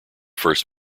first